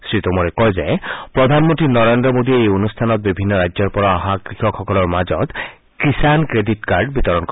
শ্ৰী টোমৰে কয় যে প্ৰধানমন্তী নৰেন্দ্ৰ মোদীয়ে এই অনুষ্ঠানত বিভিন্ন ৰাজ্যৰ পৰা অহা কৃষকসকলৰ মাজত কিষাণ ক্ৰেডিট কাৰ্ড বিতৰণ কৰিব